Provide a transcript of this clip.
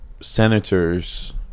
senators